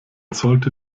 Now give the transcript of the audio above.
sollte